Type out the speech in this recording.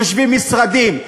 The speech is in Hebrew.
יושבים משרדים,